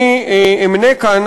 אני אמנה כאן,